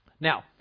Now